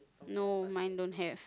no mine don't have